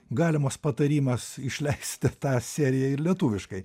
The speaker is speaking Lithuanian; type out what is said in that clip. galimas patarimas išleisti tą seriją ir lietuviškai